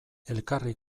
elkarri